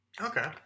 Okay